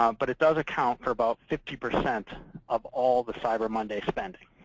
um but it does account for about fifty percent of all the cyber monday spending.